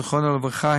זיכרונו לברכה,